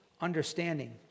understanding